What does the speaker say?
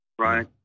right